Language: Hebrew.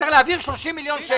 שצריך להעביר 30 מיליון שקל.